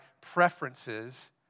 preferences